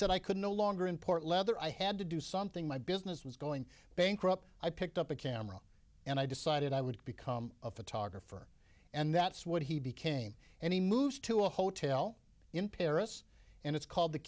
said i could no longer import leather i had to do something my business was going bankrupt i picked up a camera and i decided i would become a photographer and that's what he became and he moved to a hotel in paris and it's called the